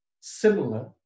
Similar